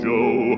Joe